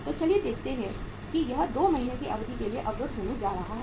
तो चलिए देखते हैं और यह 2 महीने की अवधि के लिए अवरुद्ध होने जा रहा है